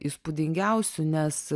įspūdingiausių nes